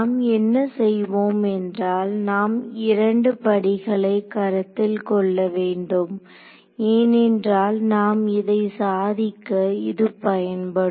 நாம் என்ன செய்வோம் என்றால் நாம் 2 படிகளை கருத்தில் கொள்ள வேண்டும் ஏனென்றால் நாம் இதை சாதிக்க இது பயன்படும்